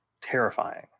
terrifying